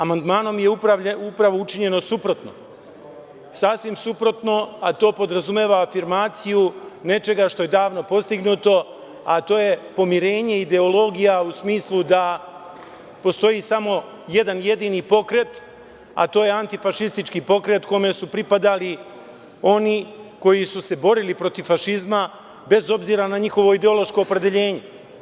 Amandmanom je upravo učinjeno suprotno, sasvim suprotno, a to podrazumeva afirmaciju nečega što je davno postignuto, a to je pomirenje ideologija u smislu da postoji samo jedan jedini pokret, a to je antifašistički pokret, kome su pripadali oni koji su se borili protiv fašizma, bez obzira na njihovo ideološko opredeljenje.